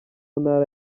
ntara